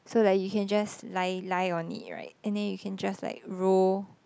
so like you can just lie lie on it right and then you can just like roll